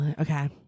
Okay